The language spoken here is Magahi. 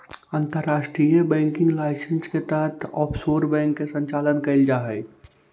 अंतर्राष्ट्रीय बैंकिंग लाइसेंस के तहत ऑफशोर बैंक के संचालन कैल जा हइ